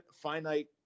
finite